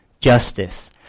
justice